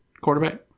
quarterback